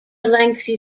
lengthy